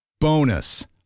Bonus